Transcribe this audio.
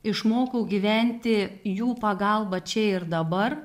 išmokau gyventi jų pagalba čia ir dabar